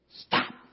Stop